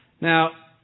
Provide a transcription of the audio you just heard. Now